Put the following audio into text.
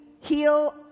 heal